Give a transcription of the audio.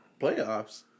Playoffs